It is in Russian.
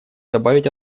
добавить